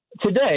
today